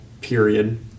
period